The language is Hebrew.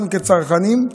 אנחנו כצרכנים.